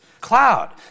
cloud